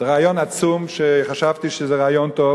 זה רעיון עצום, שחשבתי שזה רעיון טוב.